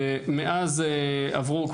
ומאז עברו,